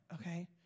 okay